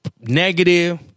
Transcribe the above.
negative